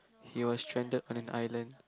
he was stranded on an island